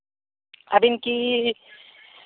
ᱟᱹᱵᱤᱱ ᱠᱤ